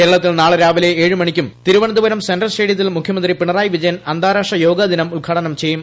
കേരളത്തിൽ ് നാളെ രാവിലെ ഏഴ് മണിക്കും തിരുവനന്തപുരം സെൻട്രൽ സ്റ്റേഡിയത്തിൽ മുഖ്യമന്ത്രി പിണറായി വിജയൻ അന്താരാഷ്ട്ര യോഗദിനം ഉദ്ഘാടനം ചെയ്യും